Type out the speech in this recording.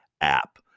app